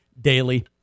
daily